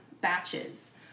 batches